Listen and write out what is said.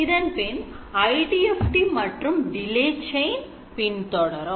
இதன்பின் IDFT மற்றும் delay chain பின்தொடரும்